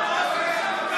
הם עומדים שם,